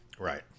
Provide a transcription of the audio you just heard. Right